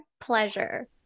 pleasure